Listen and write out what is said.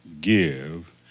give